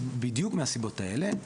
בדיוק מהסיבות האלה.